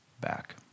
back